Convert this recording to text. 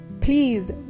please